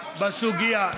בסוגיה.